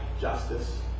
justice